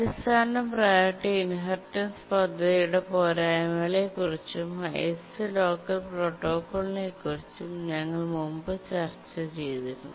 അടിസ്ഥാന priority inheritance പദ്ധതിയുടെ പോരായ്മകളെക്കുറിച്ചും ഹൈഎസ്റ് ലോക്കർ പ്രോട്ടോക്കോളിനെക്കുറിച്ചും ഞങ്ങൾ മുമ്പ് ചർച്ച ചെയ്തിരുന്നു